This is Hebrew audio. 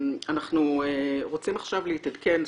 אנחנו רוצים עכשיו להתעדכן.